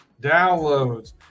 downloads